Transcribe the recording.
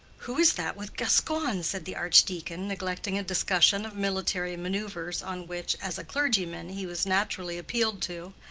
who is that with gascoigne? said the archdeacon, neglecting a discussion of military manoeuvres on which, as a clergyman, he was naturally appealed to.